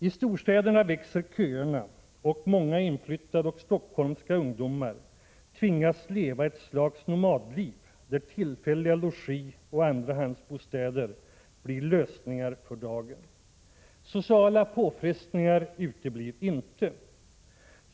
I storstäderna växer köerna och många inflyttade och stockholmska ungdomar tvingas leva ett slags nomadliv, där tillfälliga logioch andrahandsbostäder blir lösningar för dagen. Sociala påfrestningar uteblir inte.